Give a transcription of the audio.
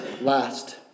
last